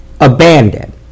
abandoned